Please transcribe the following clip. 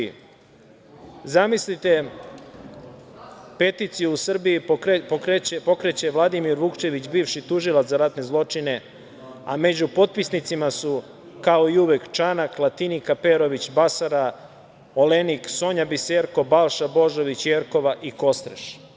Zamislite, peticiju u Srbiji pokreće Vladimir Vukčević, bivši tužilac za ratne zločine, a među potpisnicima su, kao i uvek – Čanak, Latinika Perović, Basara, Olenik, Sonja Biserko, Balša Božović, Jerkova i Kostreš.